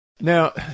Now